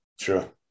Sure